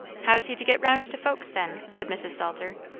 how's he to get round to folks, then? said mrs. salter.